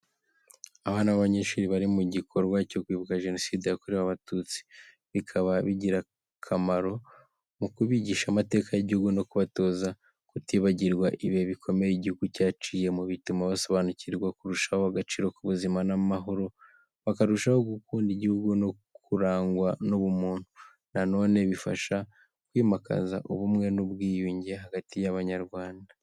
Abana b’abanyeshuri bari mu gikorwa cyo kwibuka Jenoside yakorewe Abatutsi, bikaba bigira akamaro mu kubigisha amateka y’igihugu no kubatoza kutibagirwa ibihe bikomeye igihugu cyaciyemo. Bituma basobanukirwa kurushaho agaciro k’ubuzima n’amahoro, bakarushaho gukunda igihugu no kurangwa n’ubumuntu. Na none bifasha kwimakaza ubumwe n’ubwiyunge hagati y’Abanyarwanda.